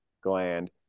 gland